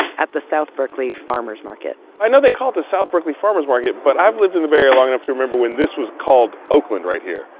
at the south berkeley farmer's market i know they call this the south berkeley farmer's market, but i've lived in the bay area long enough to remember when this was called oakland right here.